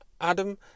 Adam